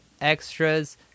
extras